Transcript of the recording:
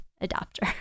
adapter